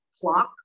clock